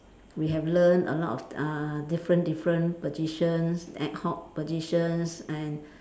we have learn a lot uh different different positions ad hoc positions and